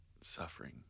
suffering